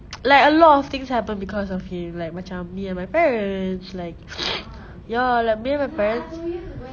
like a lot of things happen because of him like macam me and my parents like ya like me and my parents